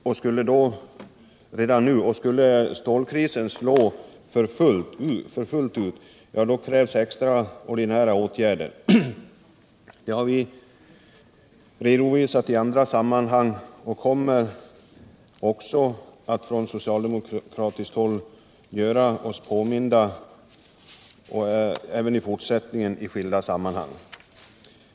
Och skulle stålkrisen slå fullt ut krävs extraordinära åtgärder — det har vi redovisat i andra sammanhang. Från socialdemokratiskt håll kommer vi att göra oss påminda även i fortsättningen i skilda sammanhang.